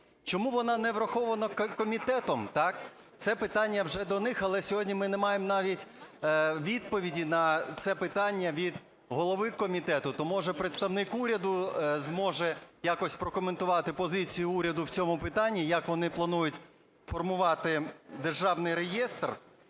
Чому вона не врахована комітетом, так, це питання вже до них. Але сьогодні ми не маємо навіть відповіді на це питання від голови комітету, то, може, представник уряду зможе якось прокоментувати позицію уряду в цьому питанні, як вони планують формувати державний реєстр.